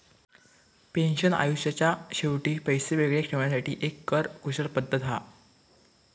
pension आयुष्याच्या शेवटी पैशे वेगळे ठेवण्यासाठी एक कर कुशल पद्धत हा